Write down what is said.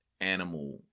animal